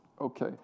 Okay